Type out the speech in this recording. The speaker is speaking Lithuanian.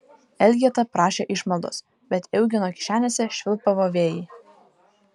elgeta prašė išmaldos bet eugeno kišenėse švilpavo vėjai